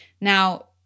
Now